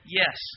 yes